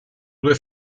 due